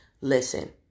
Listen